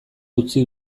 utzi